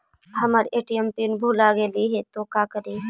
हमर ATM PIN भूला गेली हे, तो का करि?